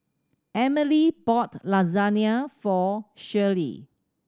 Emilee bought Lasagne for Shirley